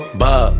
bob